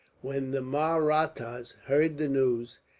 when the mahrattas heard the news,